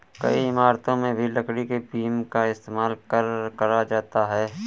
कई इमारतों में भी लकड़ी के बीम का इस्तेमाल करा जाता है